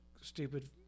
stupid